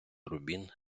рубін